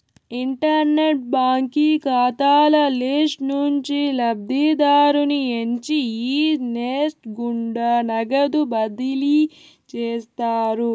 internet బాంకీ కాతాల list నుంచి లబ్ధిదారుని ఎంచి ఈ నెస్ట్ గుండా నగదు బదిలీ చేస్తారు